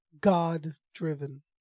God-driven